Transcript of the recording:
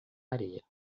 areia